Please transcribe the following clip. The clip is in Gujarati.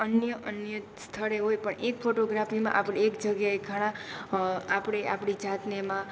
અન્ય અન્ય સ્થળે હોય પણ એક ફોટોગ્રાફીમાં આપણે એક જગ્યાએ ઘણા આપણે આપણી જાતને એમાં